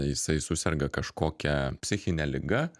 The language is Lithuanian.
jisai suserga kažkokią psichine liga